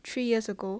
three years ago